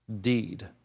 deed